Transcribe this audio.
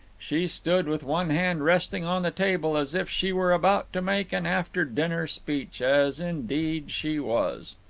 she stood with one hand resting on the table as if she were about to make an after-dinner speech as indeed she was.